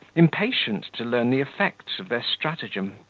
impatient to learn the effects of their stratagem.